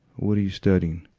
what are you studying?